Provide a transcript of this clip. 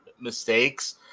mistakes